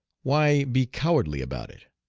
why be cowardly about it?